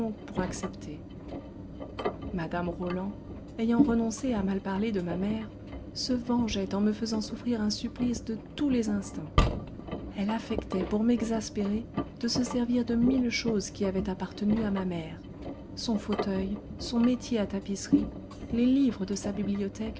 pour accepter mme roland ayant renoncé à mal parler de ma mère se vengeait en me faisant souffrir un supplice de tous les instants elle affectait pour m'exaspérer de se servir de mille choses qui avaient appartenu à ma mère son fauteuil son métier à tapisserie les livres de sa bibliothèque